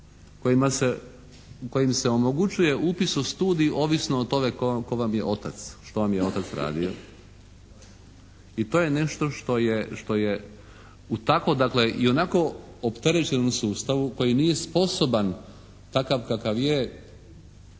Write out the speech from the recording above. kojim se omogućuje upis u studij ovisno o tome tko vam je otac, što vam je otac radio. I to je nešto što je, što je u tako dakle i onako opterećenom sustavu koji nije sposoban takav kakav je